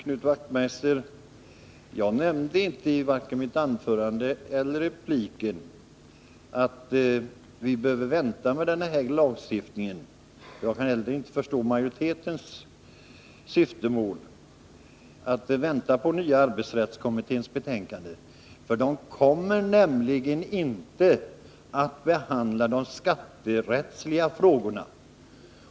Herr talman! Jag vill säga till Knut Wachtmeister att jag varken i anförandet eller i repliken nämnde att vi behöver vänta med denna lagstiftning. Jag kan inte heller förstå majoritetens syftemål att vänta på nya arbetsrättskommitténs betänkande. Kommittén kommer nämligen inte att behandla de skatterättsliga frågorna.